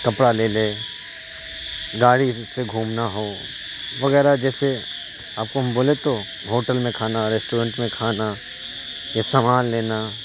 کپڑا لے لے گاڑی سے گھومنا ہو وغیرہ جیسے آپ کو ہم بولے تو ہوٹل میں کھانا ریسٹورینٹ میں کھانا یا سامان لینا